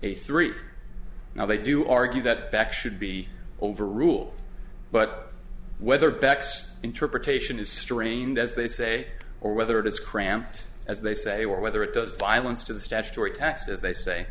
eighty three now they do argue that back should be overruled but whether bax interpretation is strained as they say or whether it is cramped as they say or whether it does violence to the statutory tax as they say